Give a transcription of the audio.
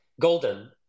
Golden